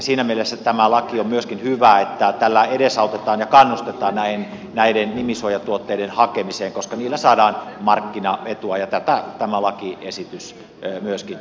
siinä mielessä tämä laki on myöskin hyvä että tällä edesautetaan ja kannustetaan näiden nimisuojatuotteiden hakemiseen koska niillä saadaan markkinaetua ja tätä tämä lakiesitys myöskin tukee